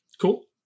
Cool